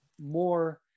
more